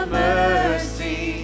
mercy